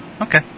Okay